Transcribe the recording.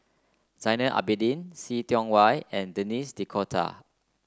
Zainal Abidin See Tiong Wah and Denis D'Cotta